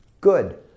good